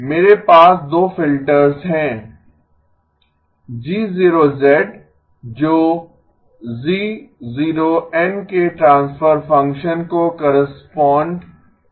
मेरे पास दो फिल्टर्स हैं G0 जो g0 n के ट्रांसफर फंक्शन को कोरेसपोंड करता है